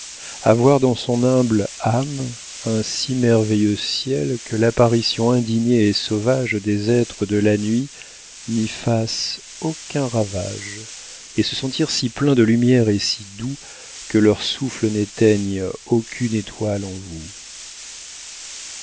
avoir dans son humble âme un si merveilleux ciel que l'apparition indignée et sauvage des êtres de la nuit n'y fasse aucun ravage et se sentir si plein de lumière et si doux que leur souffle n'éteigne aucune étoile en vous